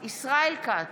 ישראל כץ,